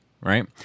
right